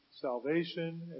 salvation